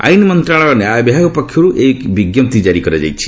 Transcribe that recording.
ଆଇନ୍ ମନ୍ତ୍ରଶାଳୟର ନ୍ୟାୟ ବିଭାଗ ପକ୍ଷରୁ ଏହି ବିଞ୍ଜପ୍ତି କ୍ଜାରି କରାଯାଇଛି